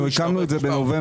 אנחנו עדכנו את זה בנובמבר.